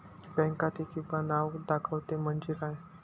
Bank खाते किंवा नाव दाखवते म्हणजे काय?